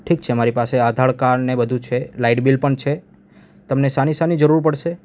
ઠીક છે મારી પાસે આધારકાર્ડને બધુ છે લાઇટ બિલ પણ છે તમને શાની શાની જરૂર પડશે